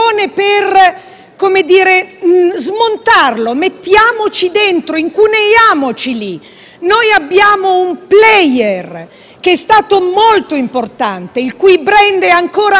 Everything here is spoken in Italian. asse. Mettiamoci dentro, incuneiamoci lì. Noi abbiamo un *player* che è stato molto importante, il cui *brand* è ancora oggi mondiale; lo dico veramente,